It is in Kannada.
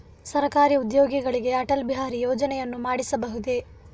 ಸರಕಾರಿ ಉದ್ಯೋಗಿಗಳಿಗೆ ಅಟಲ್ ಬಿಹಾರಿ ಯೋಜನೆಯನ್ನು ಮಾಡಿಸಬಹುದೇ?